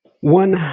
One